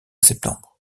septembre